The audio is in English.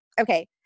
okay